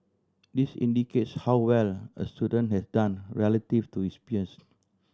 this indicates how well a student has done relative to his peers